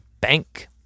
Bank